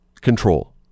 control